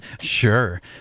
Sure